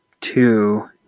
two